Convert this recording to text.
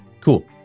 Cool